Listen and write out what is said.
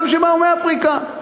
גם שבאו מאפריקה.